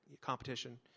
competition